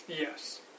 Yes